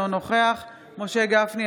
אינו נוכח משה גפני,